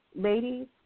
ladies